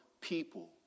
people